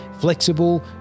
flexible